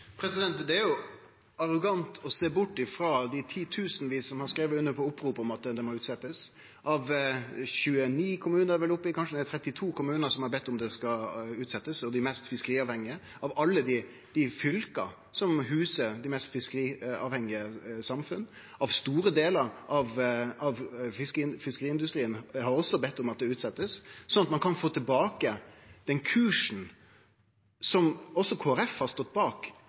Det er jo arrogant å sjå bort frå dei titusenvis som har skrive under på oppropet om at det må utsetjast, å sjå bort frå 29 kommunar, eller kanskje det er 32, som har bedt om at det skal utsetjast – dei mest fiskeriavhengige kommunane – og å sjå bort frå alle dei fylka som huser dei mest fiskeriavhengige samfunna. Også store delar av fiskeriindustrien har bedt om at det blir utsett, slik at ein kan få tilbake den kursen, som også Kristeleg Folkeparti har stått bak